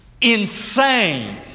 insane